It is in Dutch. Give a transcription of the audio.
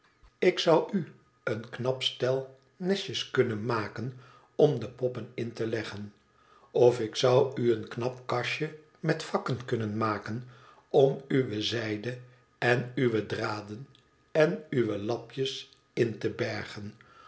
ik zou u een knap stel nestjes kunnen maken om de poppen in te leggen of ik zou u een knap kastje met vakken kunnen maken om uwe zijde en uwe draden en uwe lapjes in te bergen